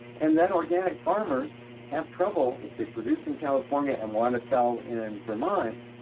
and then organic farmers have trouble. if they produce in california and want to sell in vermont,